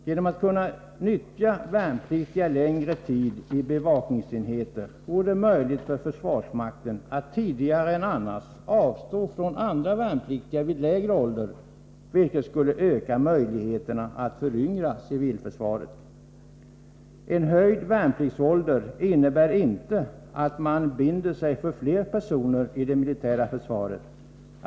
Genom att kunna nyttja värnpliktiga under en längre tid i bevakningsenheter vore det möjligt för försvarsmakten att tidigare än annars avstå från andra värnpliktiga vid lägre ålder, vilket skulle öka möjligheterna att föryngra civilförsvaret. En höjd värnpliktsålder innebär inte att man binder sig för fler personer i det militära försvaret.